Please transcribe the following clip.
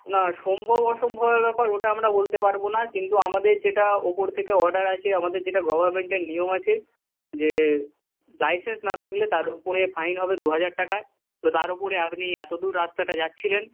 না সম্ভব অসম্ভবের ব্যাপার ওটা আমরা বলতে পারব না কিন্তু আমাদের যেটা ওপর থেকে অর্ডার আছে আমাদের যেটা গভর্নমেন্টের নিয়ম আছে যে লাইসেন্স না থাকলে তার উপরে ফাইন হবে দুহাজার টাকা তো তার ওপরে আপনি এত দূর রাস্তাটা যাচ্ছিলেন